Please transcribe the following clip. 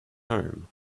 home